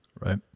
Right